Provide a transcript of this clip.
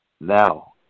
now